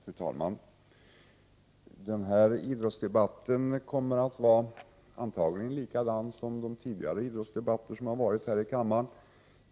Fru talman! Denna idrottsdebatt kommer antagligen att vara likadan som de tidigare idrottsdebatterna här i kammaren.